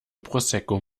prosecco